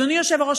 אדוני היושב-ראש,